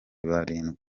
barindwi